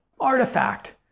artifact